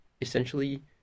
essentially